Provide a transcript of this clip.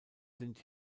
sind